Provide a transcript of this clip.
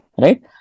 right